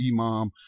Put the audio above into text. Imam